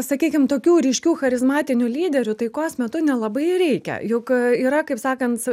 sakykim tokių ryškių charizmatinių lyderių taikos metu nelabai ir reikia juk yra kaip sakant